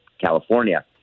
California